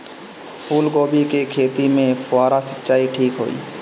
फूल गोभी के खेती में फुहारा सिंचाई ठीक होई?